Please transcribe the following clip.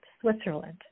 Switzerland